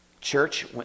church